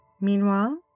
Meanwhile